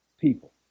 people